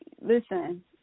listen